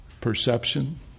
Perception